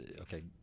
okay